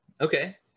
Okay